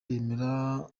yemera